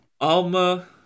Alma